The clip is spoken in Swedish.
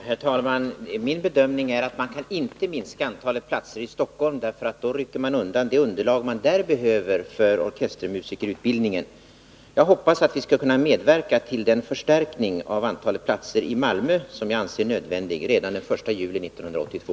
Herr talman! Min bedömning är att man inte kan minska antalet platser i Stockholm, eftersom man då rycker undan det underlag som behövs där för orkestermusikerutbildningen. Jag hoppas att vi skall kunna medverka till den förstärkning av antalet platser i Malmö som jag anser är nödvändig redan den I juli 1982.